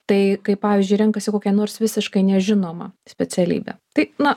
tai kaip pavyzdžiui renkasi kokią nors visiškai nežinomą specialybę tai na